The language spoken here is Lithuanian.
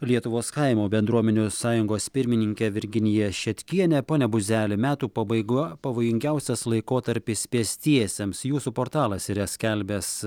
lietuvos kaimo bendruomenių sąjungos pirmininkė virginija šetkienė pone buzeli metų pabaiga pavojingiausias laikotarpis pėstiesiems jūsų portalas yra skelbęs